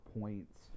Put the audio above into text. points